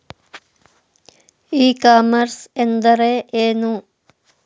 E commerce ಎಂದರೆ ಏನು?